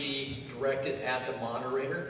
be directed at the moderator